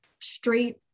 straight